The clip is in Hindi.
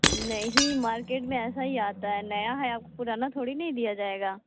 नहीं मार्किट में ऐसा ही आता है नया है अब पुराना थोड़ी नहीं दिया जाएगा